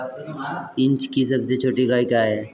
Inch की सबसे छोटी इकाई क्या है?